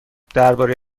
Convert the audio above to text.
درباره